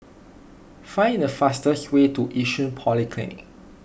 find the fastest way to Yishun Polyclinic